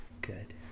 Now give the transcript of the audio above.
Good